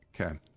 Okay